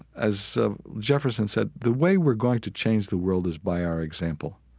as jefferson said, the way we're going to change the world is by our example.